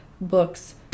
books